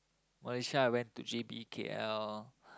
Malaysia I went to J_B K_L